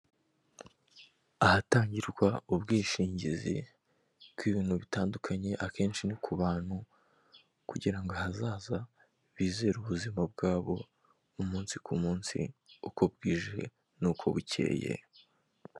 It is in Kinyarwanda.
Ahatangirwa ubwishingizi bw'ibintu bitandukanye akenshi ni ku bantu kugira ngo ahazaza bizere ubuzima bwabo umunsi ku munsi uko bwije n'uko bukeye.